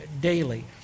daily